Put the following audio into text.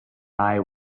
eye